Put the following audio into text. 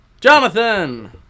Jonathan